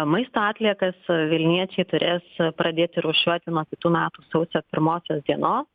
maisto atliekas vilniečiai turės pradėti rūšiuoti nuo kitų metų sausio pirmosios dienos